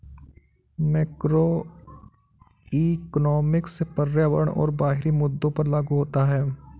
macroeconomics पर्यावरण और बाहरी मुद्दों पर लागू होता है